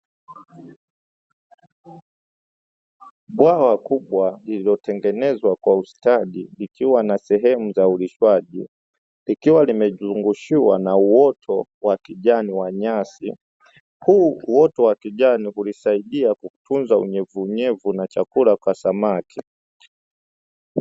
Bwawa kubwa lililotengenezwa kwa ustadi likiwa na sehemu za ulishwaji likiwa limezungushiwa na uoto wa kijani wa nyasi huu uoto wa kijani ulisaidia kutunza unyevunyevu na chakula kwa samaki.